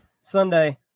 Sunday